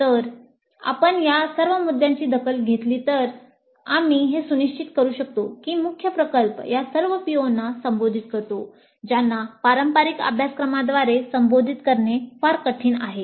जर आपण या सर्व मुद्द्यांची दखल घेतली तर आम्ही हे सुनिश्चित करू शकतो की मुख्य प्रकल्प या सर्व PO ना संबोधित करतो ज्यांना पारंपारिक अभ्यासक्रमांद्वारे संबोधित करणे फार कठीण आहे